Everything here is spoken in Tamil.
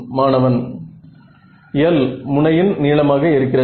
மாணவன் l முனையின் நீளமாக இருக்கிறது